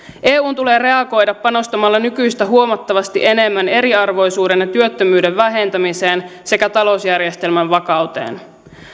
eun tulee reagoida panostamalla nykyistä huomattavasti enemmän eriarvoisuuden ja työttömyyden vähentämiseen sekä talousjärjestelmän vakauteen